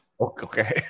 Okay